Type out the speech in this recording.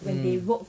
mm